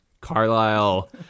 Carlisle